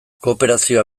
kooperazioa